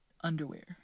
underwear